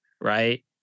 right